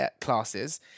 classes